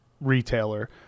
retailer